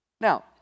Now